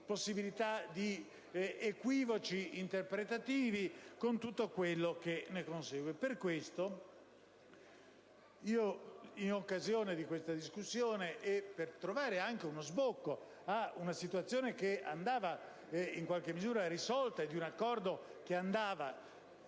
possibilità di equivoci interpretativi, con tutto ciò che ne consegue. Per questa ragione, in occasione della discussione odierna e per trovare uno sbocco a una situazione che andava in qualche misura risolta e di un accordo che andava